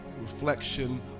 reflection